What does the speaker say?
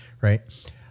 right